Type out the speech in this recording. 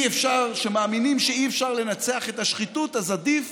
שמאמינים שאי-אפשר לנצח את השחיתות אז עדיף